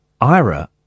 Ira